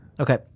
Okay